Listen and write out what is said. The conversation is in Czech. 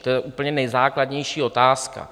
To je úplně nejzákladnější otázka.